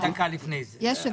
לפני זה.